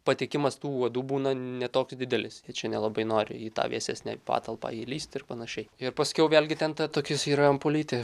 patekimas tų uodų būna ne toks didelis jie čia nelabai nori į tą vėsesnę patalpą įlįst ir panašiai ir paskiau vėlgi ten ta tokios yra ampulytės